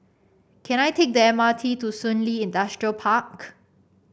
can I take the M R T to Shun Li Industrial Park